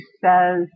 says